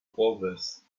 progress